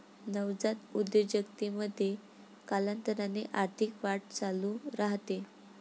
नवजात उद्योजकतेमध्ये, कालांतराने आर्थिक वाढ चालू राहते